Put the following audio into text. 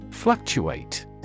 Fluctuate